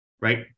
right